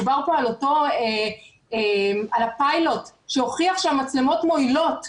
דובר פה על הפיילוט שהוכיח שהמצלמות מועילות,